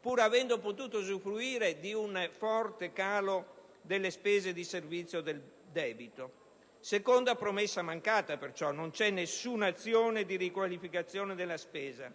pur avendo potuto usufruire di un forte calo delle spese di servizio del debito. Si tratta pertanto della seconda promessa mancata, poiché non c'è alcuna azione di riqualificazione della spesa